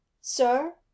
sir